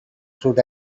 through